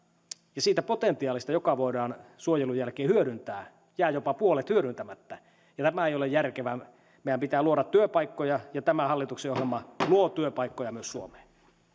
ja siitä potentiaalista joka voidaan suojelun jälkeen hyödyntää jää jopa puolet hyödyntämättä ja tämä ei ole järkevää meidän pitää luoda työpaikkoja ja tämä hallituksen ohjelma myös luo työpaikkoja suomeen